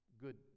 good